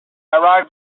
arrived